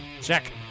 Check